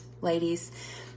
ladies